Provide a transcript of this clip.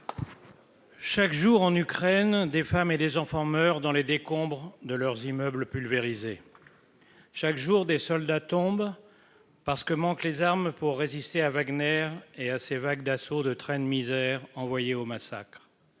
Chaque jour en Ukraine des femmes et des enfants meurent dans les décombres de leurs immeubles pulvérisés. Chaque jour des soldats tombent. Parce que manque les armes pour résister à Wagner est assez vague d'assaut de traîne misère envoyés au massacre.